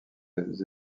les